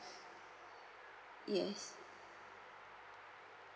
yes